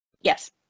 Yes